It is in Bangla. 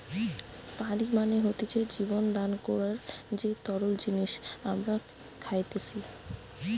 পানি মানে হতিছে জীবন দান করার যে তরল জিনিস আমরা খাইতেসি